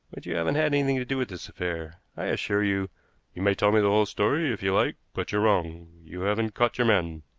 but you haven't had anything to do with this affair. i assure you you may tell me the whole story, if you like, but you're wrong. you haven't caught your man.